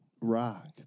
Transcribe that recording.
Rock